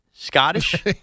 Scottish